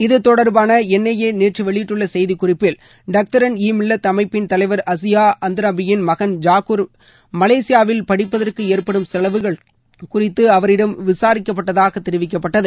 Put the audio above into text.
இது தொடர்பான N I A நேற்று வெளியிட்டுள்ள செய்தி குறிப்பில் டக்தரன் ஈ மில்லத் அமைப்பின் தலைவர் அசியா அந்தராபியின் மகன் ஜாகூர் மலேசியாவில் படிப்பதற்கு ஏற்படும் செலவுகள் குறித்து அவரிடம் விசாரிக்கப்பட்டதாக தெரிவிக்கப்பட்டது